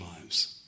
lives